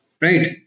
right